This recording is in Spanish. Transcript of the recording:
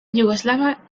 yugoslava